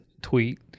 tweet